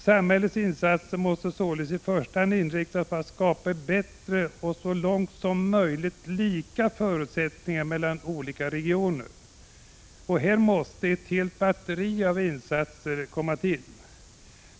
Samhällets insatser måste i första hand inriktas på att skapa bättre och så långt möjligt lika förutsättningar mellan olika regioner. Här måste ett helt batteri av insatser till.